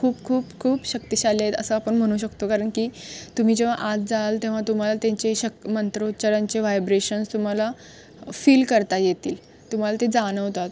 खूप खूप खूप शक्तिशाली आहेत असं आपण म्हणू शकतो कारण की तुम्ही जेव्हा आज जाल तेव्हा तुम्हाला त्यांचे शक मंत्रोच्चारांचे व्हायब्रेशन्स तुम्हाला फील करता येतील तुम्हाला ते जाणवतात